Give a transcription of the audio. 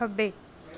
ਖੱਬੇ